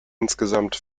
insgesamt